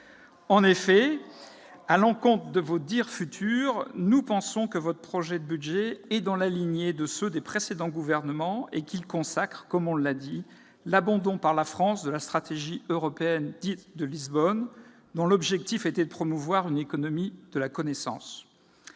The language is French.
votera contre ! En effet, nous pensons que votre projet de budget se situe dans la lignée de ceux des précédents gouvernements et qu'il consacre l'abandon par la France de la stratégie européenne, dite « de Lisbonne », dont l'objectif était de promouvoir une économie de la connaissance.